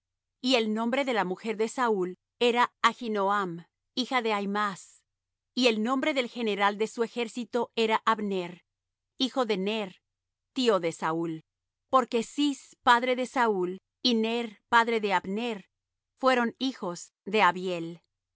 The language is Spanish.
y el nombre de la mujer de saúl era ahinoam hija de aimaas y el nombre del general de su ejército era abner hijo de ner tío de saúl porque cis padre de saúl y ner padre de abner fueron hijos de abiel